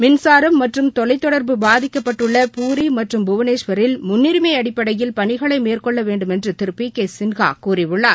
மின்சாரம் தொலைதொடர்பு பாதிக்கபட்டுள்ள மற்றம் பூரி மற்றும் புவனேஸ்வரில் முன்னுரிமைஅடிப்படையில் பணிகளைமேற்கொள்ளவேண்டுமென்றுதிருபிகேசின்ஹாகூறியுள்ளார்